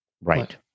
Right